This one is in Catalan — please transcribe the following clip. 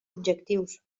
objectius